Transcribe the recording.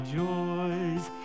joys